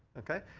ok?